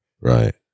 right